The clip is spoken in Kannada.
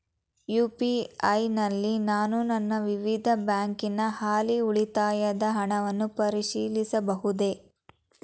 ಯು.ಪಿ.ಐ ನಲ್ಲಿ ನಾನು ನನ್ನ ವಿವಿಧ ಬ್ಯಾಂಕಿನ ಹಾಲಿ ಉಳಿತಾಯದ ಹಣವನ್ನು ಪರಿಶೀಲಿಸಬಹುದೇ?